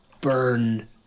Burn